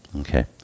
Okay